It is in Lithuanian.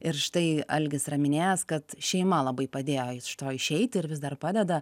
ir štai algis yra minėjęs kad šeima labai padėjo iš to išeiti ir vis dar padeda